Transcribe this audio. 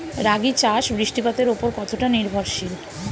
রাগী চাষ বৃষ্টিপাতের ওপর কতটা নির্ভরশীল?